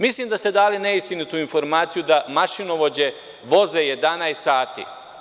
Mislim da ste dali neistinitu informaciju da mašinovođe voze 11 sati.